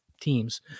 teams